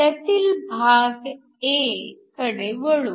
त्यातील भाग a कडे वळू